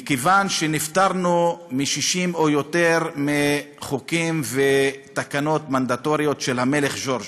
מכיוון שנפטרנו מ-60 או יותר חוקים ותקנות מנדטוריים של המלך ג'ורג'.